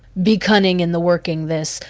be cunning in the working this,